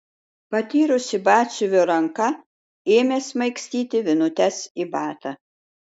patyrusi batsiuvio ranka ėmė smaigstyti vinutes į batą